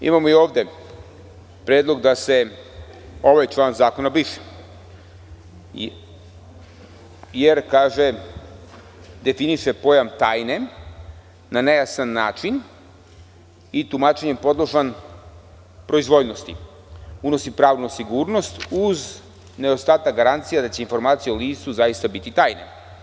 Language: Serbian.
Imamo i ovde predlog da se ovaj član zakona briše, jer definiše pojam tajne na nejasan način i tumačenjem je podložan proizvoljnosti, unosi pravnu sigurnost uz nedostatak garancija da će informacije o licu zaista biti tajne.